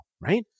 right